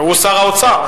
הוא שר האוצר.